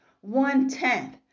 One-tenth